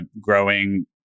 growing